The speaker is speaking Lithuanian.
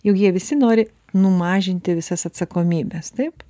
juk jie visi nori numažinti visas atsakomybes taip